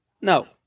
No